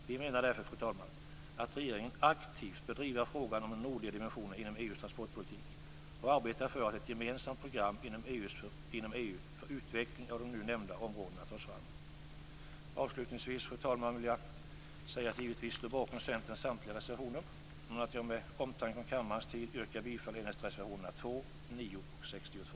Vi menar därför, fru talman, att regeringen aktivt bör driva frågan om den nordliga dimensionen inom EU:s transportpolitik och arbeta för att ett gemensamt program inom EU för utveckling av de nu nämnda områdena tas fram. Till sist, fru talman, vill jag säga att jag givetvis står bakom Centerns samtliga reservationer men att jag i omtanke om kammarens tid yrkar bifall endast till reservationerna nr 2, 9 och 62.